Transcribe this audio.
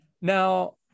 Now